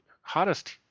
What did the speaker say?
hottest